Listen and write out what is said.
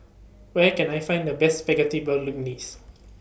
Where Can I Find The Best Spaghetti Bolognese